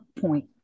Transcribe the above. point